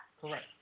Correct